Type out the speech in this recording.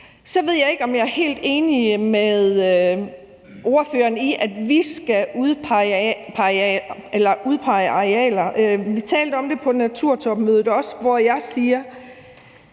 Jeg ved ikke, om jeg er helt enig med ordføreren i, at vi skal udpege arealer; vi talte også om det på naturtopmødet. I forhold til det siger